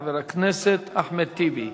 חבר הכנסת אחמד טיבי.